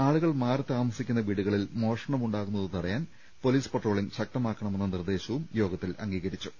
ആളു കൾ മാറിത്താമസിക്കുന്ന വീടുകളിൽ മോഷണം ഉണ്ടാകു ന്നത് തടയാൻ പൊലീസ് പട്രോളിംഗ് ശക്തമാക്കണമെന്ന നിർദ്ദേശവും യോഗത്തിൽ അംഗീകരിച്ചു